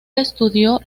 estudió